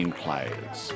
players